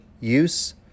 use